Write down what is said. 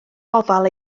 ofal